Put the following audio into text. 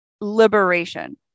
liberation